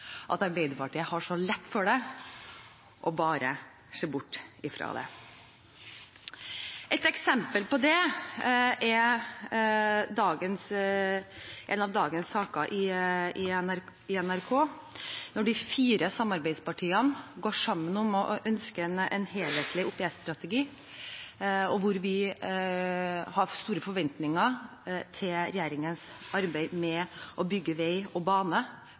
at Arbeiderpartiet har så lett for bare å se bort fra det. Et eksempel på det er en av dagens saker i NRK. Når de fire samarbeidspartiene går sammen om å ønske en helhetlig OPS-strategi, og vi har store forventninger til regjeringens arbeid med å bygge vei og bane